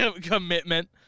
Commitment